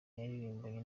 yaririmbanye